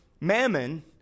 mammon